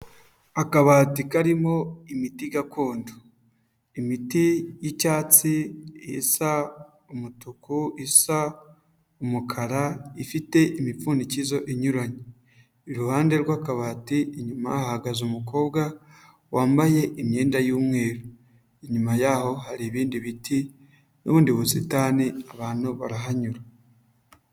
Akabati karimo imiti gakondo. Imiti y'icyatsi isa umutuku, isa umukara, ifite imipfundikizo inyuranye. Iruhande rw'akabati, inyuma hahagaze umukobwa wambaye imyenda y'umweru. Inyuma yaho hari ibindi biti n'ubundi busitani abantu barahanyura.